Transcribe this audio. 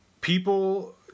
people